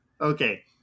Okay